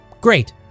great